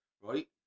Right